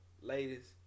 Ladies